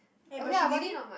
eh but she leaving